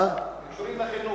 קשורים לחינוך.